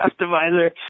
customizer